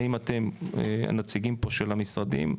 האם אתם נציגים פה של המשרדים,